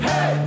Hey